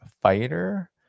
fighter